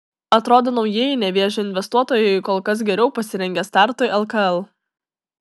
atrodo naujieji nevėžio investuotojai kol kas geriau pasirengę startui lkl